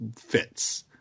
fits